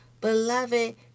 Beloved